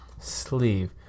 sleeve